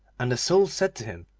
and the soul said to him,